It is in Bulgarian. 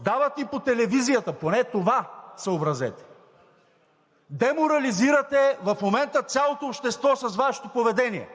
Дават ни по телевизията – поне това съобразете. Деморализирате в момента цялото общество с Вашето поведение.